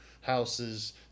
houses